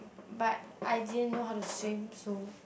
but I didn't know how to swim so